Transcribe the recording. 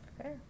Okay